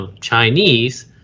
Chinese